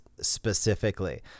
specifically